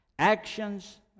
Actions